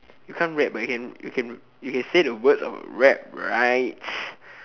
you can't rap but you can you can say the words of the rap right